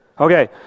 Okay